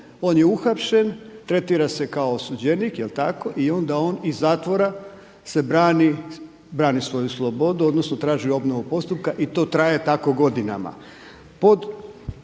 on je uhapšen, tretira se kao osuđenik, jel' tako, i onda on iz zatvora se brani, brani svoju slobodu odnosno traži obnovu postupka i to traje tako godinama.